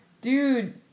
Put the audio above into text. dude